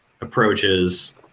approaches